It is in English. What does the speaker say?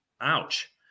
Ouch